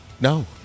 no